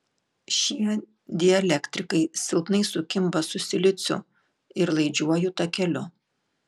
šie dielektrikai silpnai sukimba su siliciu ir laidžiuoju takeliu